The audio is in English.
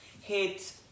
hit